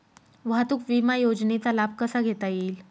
वाहतूक विमा योजनेचा लाभ कसा घेता येईल?